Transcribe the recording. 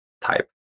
type